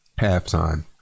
halftime